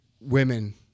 women